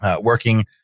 working